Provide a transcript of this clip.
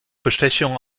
bestechung